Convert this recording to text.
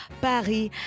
Paris